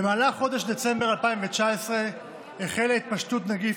במהלך חודש דצמבר 2019 החלה התפשטות נגיף